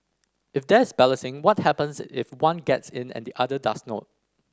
if there is balloting what happens if one gets in and the other does not